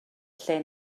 lle